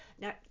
now